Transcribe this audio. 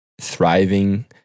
thriving